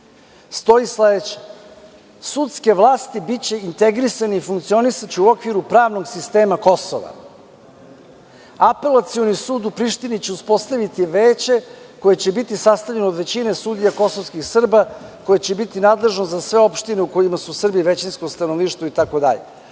stoji sledeće – sudke vlasti biće integrisane i funkcionisaće u okviru pravnog sistema Kosova. Apelacioni sud u Prištini će uspostaviti veće koje će biti sastavljeno od većine sudija kosovskih Srba koje će biti nadležno za sve opštine u kojima su Srbi većinsko stanovništvo